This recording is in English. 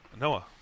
Noah